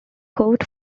court